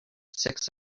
six